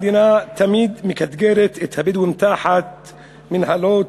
המדינה תמיד מקטגרת את הבדואים תחת מינהלות,